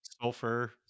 Sulfur